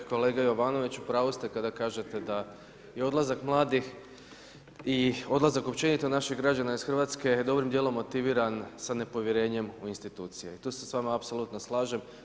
Kolega Jovanović, u pravu ste kada kažete da je odlazak mladih i odlazak općenito naših građana iz Hrvatske dobrim dijelom motiviran sa nepovjerenjem u institucije i tu se s vama apsolutno slažem.